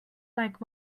like